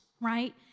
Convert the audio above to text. right